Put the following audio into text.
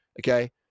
okay